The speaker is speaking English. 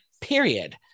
period